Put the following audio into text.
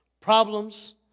problems